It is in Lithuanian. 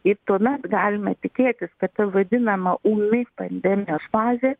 ir tuomet galime tikėtis kad ta vadinama ūmi pandemijos fazė